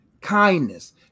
kindness